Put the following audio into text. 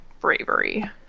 bravery